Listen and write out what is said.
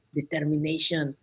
determination